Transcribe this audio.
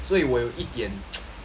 所以我有一点